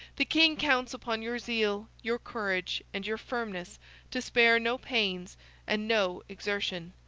the king counts upon your zeal, your courage, and your firmness to spare no pains and no exertion.